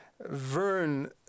Vern